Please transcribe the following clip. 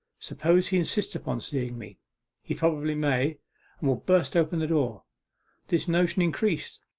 suppose he insists upon seeing me he probably may and will burst open the door this notion increased,